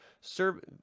serve